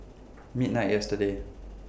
midnight yesterday